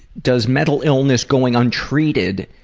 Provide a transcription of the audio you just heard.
does mental illness going untreated